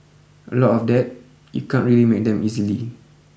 a lot of that you can't really make them easily